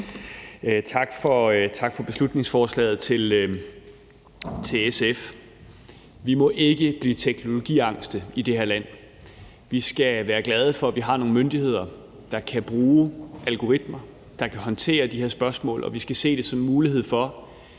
SF for beslutningsforslaget. Vi må ikke blive teknologiangste i det her land. Vi skal være glade for, at vi har nogle myndigheder, der kan bruge algoritmer, og som kan håndtere de her spørgsmål, og vi skal se det som en mulighed for,